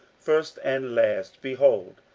first and last, behold,